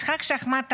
משחק שחמט אכזרי,